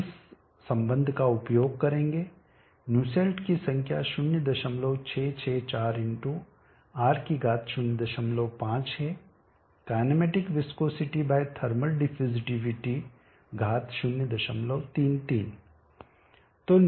हम इस संबंध का उपयोग करेंगे न्यूसेल्ट की संख्या 0664×R05 है kinematic viscosity by thermal diffusivity घात 033